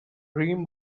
dream